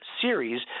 series